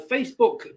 Facebook